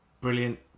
Brilliant